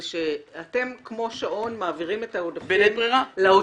אז אתה בעצם אומר שאתם כמו שעון מעבירים את העודפים לאוצר,